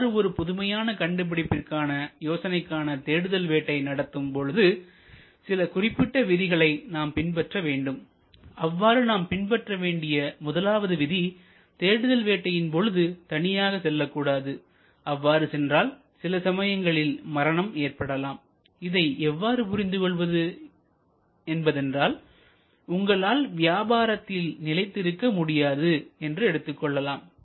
இவ்வாறு ஒரு புதுமையான கண்டுபிடிப்புக்கான யோசனைக்காக தேடுதல் வேட்டை நடத்தும் பொழுது சில குறிப்பிட்ட விதிகளை நாம் பின்பற்ற வேண்டும் அவ்வாறு நாம் பின்பற்ற வேண்டிய முதலாவது விதி தேடுதல் வேட்டையின் போது தனியாக செல்லக்கூடாது அவ்வாறு சென்றால் சில சமயங்களில் மரணம் ஏற்படலாம் இதை எவ்வாறு புரிந்து கொள்வது என்பது என்றால் உங்களால் வியாபாரத்தில் நிலைத்திருக்க முடியாது என்று எடுத்துக் கொள்ளலாம்